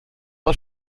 man